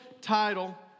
title